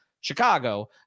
Chicago